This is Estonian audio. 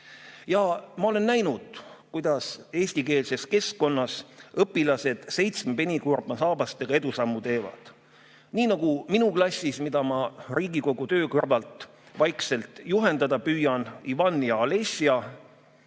Ja ma olen näinud, kuidas eestikeelses keskkonnas õpilased seitsmepenikoorma saabastega edusamme teevad. Nii on ka minu klassis, mida ma Riigikogu töö kõrvalt vaikselt juhendada püüan, Ivan ja Alesja.